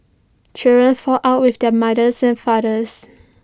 children fall out with their mothers and fathers